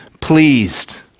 pleased